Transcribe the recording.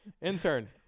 intern